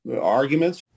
arguments